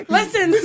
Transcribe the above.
Listen